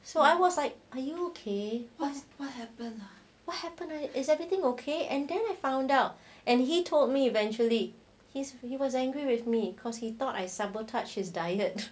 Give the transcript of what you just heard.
so I was like are you okay what's what happen what happen is everything okay and then I found out and he told me eventually he was angry with me because he thought I sabotaged his diet